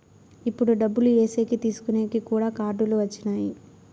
ఇప్పుడు డబ్బులు ఏసేకి తీసుకునేకి కూడా కార్డులు వచ్చినాయి